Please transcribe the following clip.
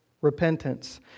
repentance